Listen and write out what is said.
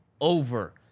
over